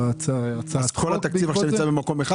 כל התקציב עכשיו נמצא במקום אחד?